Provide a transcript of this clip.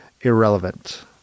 irrelevant